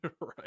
Right